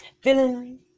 feeling